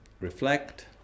reflect